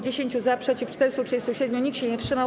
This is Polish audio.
10 - za, przeciw - 437, nikt się nie wstrzymał.